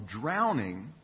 drowning